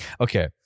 Okay